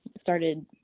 started